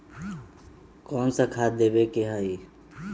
कोन सा खाद देवे के हई?